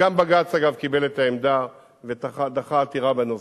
וגם בג"ץ, אגב, קיבל את העמדה ודחה עתירה בנושא.